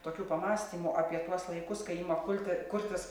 tokių pamąstymų apie tuos laikus kai ima kulti kurtis